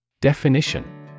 Definition